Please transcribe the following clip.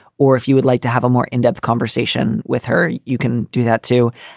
or if you would like to have a more in-depth conversation with her. you can do that too.